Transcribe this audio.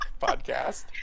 podcast